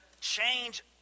change